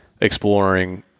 exploring –